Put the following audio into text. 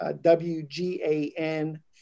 W-G-A-N